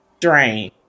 drain